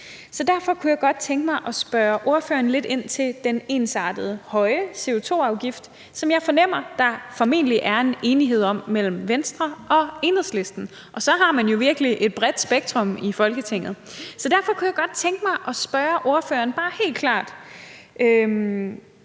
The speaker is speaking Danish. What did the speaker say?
Derfor kunne jeg godt tænke mig at spørge ordføreren lidt ind til den ensartede høje CO2-afgift, som jeg fornemmer at der formentlig er en enighed om mellem Venstre og Enhedslisten – og så har man jo virkelig et bredt spektrum i Folketinget. Derfor kunne jeg godt tænke mig at spørge ordføreren helt enkelt: